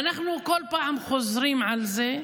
ואנחנו כל פעם חוזרים על זה.